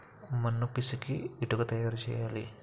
మన్ను పిసికి ఇటుక తయారు చేయాలి